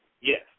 Yes